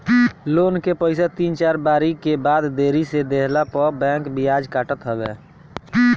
loan के पईसा तीन चार बारी के बाद देरी से देहला पअ बैंक बियाज काटत हवे